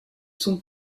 son